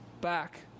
back